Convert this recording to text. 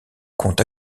compte